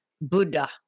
Buddha